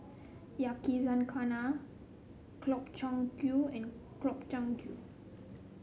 Yakizakana Gobchang Gui and Gobchang Gui